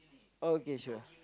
okay sure